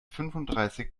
fünfunddreißig